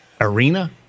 arena